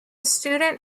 student